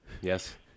Yes